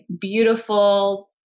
beautiful